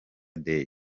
day